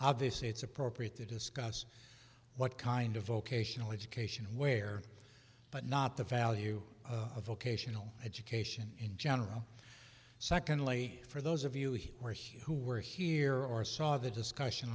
obviously it's appropriate to discuss what kind of vocational education where but not the value of vocational education in general secondly for those of you here or here who were here or saw the discussion